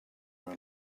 were